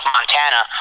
Montana